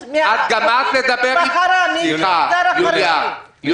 סליחה, יוליה.